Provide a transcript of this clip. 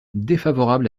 défavorable